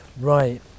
Right